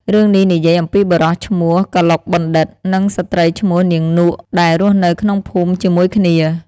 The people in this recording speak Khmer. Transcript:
រឿងនេះនិយាយអំពីបុរសឈ្មោះ កឡុកបណ្ឌិត្យ និងស្ត្រីឈ្មោះ នាងនក់ ដែលរស់នៅក្នុងភូមិជាមួយគ្នា។